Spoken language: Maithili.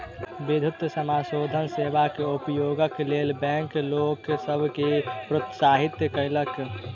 विद्युतीय समाशोधन सेवा के उपयोगक लेल बैंक लोक सभ के प्रोत्साहित कयलक